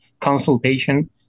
consultation